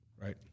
Right